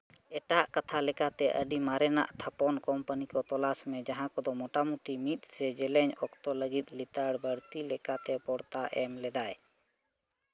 ᱮᱴᱟᱜ ᱠᱟᱛᱷᱟ ᱞᱮᱠᱟᱛᱮ ᱟᱹᱰᱤ ᱢᱟᱨᱮᱱᱟᱜ ᱛᱷᱟᱯᱚᱱ ᱠᱳᱢᱯᱟᱱᱤ ᱠᱚ ᱛᱚᱞᱟᱥ ᱢᱮ ᱡᱟᱦᱟᱸ ᱠᱚᱫᱚ ᱢᱳᱴᱟᱢᱩᱴᱤ ᱢᱤᱫ ᱥᱮ ᱡᱮᱞᱮᱧ ᱚᱠᱛᱚ ᱞᱟᱹᱜᱤᱫ ᱞᱮᱛᱟᱲ ᱵᱟᱹᱲᱛᱤ ᱞᱮᱠᱟᱛᱮ ᱯᱚᱲᱛᱟ ᱮᱢ ᱞᱮᱫᱟᱭ